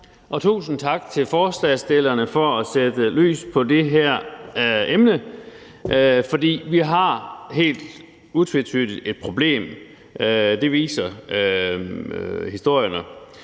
tusind tak til forslagsstillerne for at sætte lys på det her emne, for vi har helt utvetydigt et problem – det viser historierne.